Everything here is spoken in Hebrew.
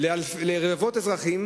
לרבבות אזרחים